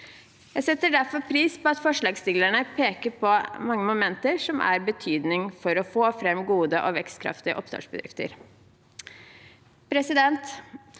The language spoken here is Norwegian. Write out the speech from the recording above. Jeg setter derfor pris på at forslagsstillerne peker på mange momenter som er av betydning for å få fram gode og vekstkraftige oppstartsbedrifter. Det